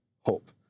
hope